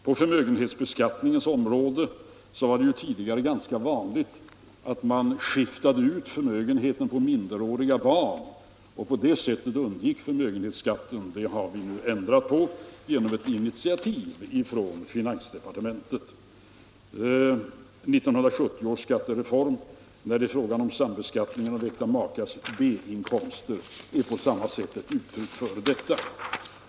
På förmögenhetsbeskattningens område var det tidigare ganska vanligt att man skiftade ut förmögenheten på minderåriga barn och på det sättet undgick förmögenhetsskatt. Det har vi också ändrat på genom ett initiativ från finansdepartementet. 1970 års skattereform i fråga om sambeskattning av äkta makars B inkomster är ett uttryck för samma strävanden.